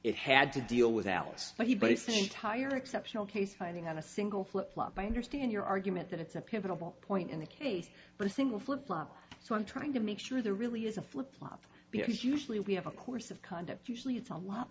it had to deal with alex but he placed a tire exceptional case finding on a single flip flop by understand your argument that it's a pivotal point in the case but a single flip flop so i'm trying to make sure the really is a flip flop because usually we have a course of conduct usually it's a lot